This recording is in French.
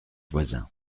voisins